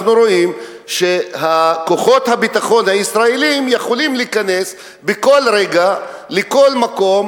אנחנו רואים שכוחות הביטחון הישראליים יכולים להיכנס בכל רגע לכל מקום,